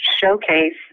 showcase